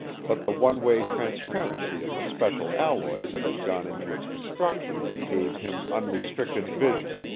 but the one-way transparency of the special alloy that had gone into its construction gave him unrestricted vision,